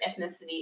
ethnicity